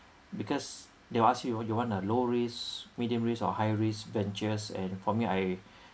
because they will ask you you want a low risk medium risk or high risk ventures and for me I